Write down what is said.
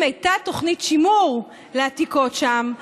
אם הייתה תוכנית שימור לעתיקות שם,